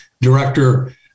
director